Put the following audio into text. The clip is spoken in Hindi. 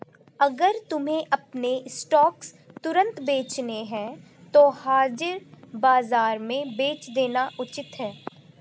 अगर तुम्हें अपने स्टॉक्स तुरंत बेचने हैं तो हाजिर बाजार में बेच देना उचित है